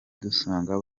dusanga